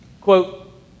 quote